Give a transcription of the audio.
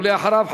ואחריו,